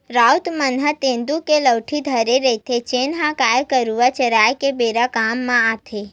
राउत मन ह तेंदू के लउठी धरे रहिथे, जेन ह गाय गरुवा चराए के बेरा काम म आथे